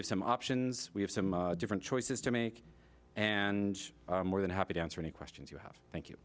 have some options we have some different choices to make and more than happy to answer any questions you have thank